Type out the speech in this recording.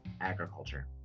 agriculture